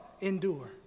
endure